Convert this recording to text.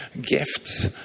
gifts